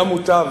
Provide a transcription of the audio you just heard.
מוטב